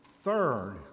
Third